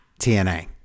TNA